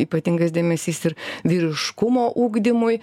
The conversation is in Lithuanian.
ypatingas dėmesys ir vyriškumo ugdymui